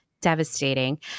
devastating